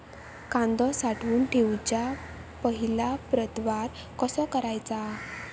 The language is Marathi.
कांदो साठवून ठेवुच्या पहिला प्रतवार कसो करायचा?